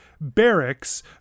barracks